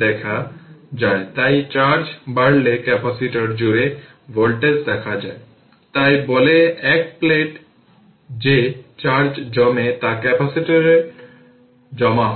ধরুন যে কারেন্ট নিচের দিকে প্রবাহিত হচ্ছে যেমন